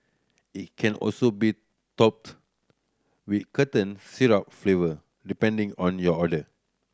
it can also be topped with syrup flavour depending on your order